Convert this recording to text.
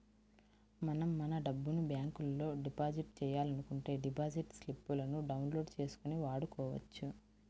మనం మన డబ్బును బ్యాంకులో డిపాజిట్ చేయాలనుకుంటే డిపాజిట్ స్లిపులను డౌన్ లోడ్ చేసుకొని వాడుకోవచ్చు